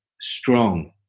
strong